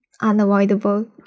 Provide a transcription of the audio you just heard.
unavoidable